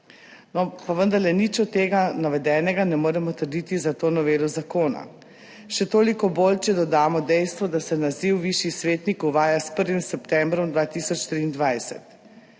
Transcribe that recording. pa vendarle nič od tega navedenega ne moremo trditi za to novelo zakona, še toliko bolj, če dodamo dejstvo, da se naziv višji svetnik uvaja s 1. septembrom 2023.